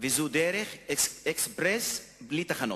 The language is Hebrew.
וזו דרך אקספרס, בלי תחנות.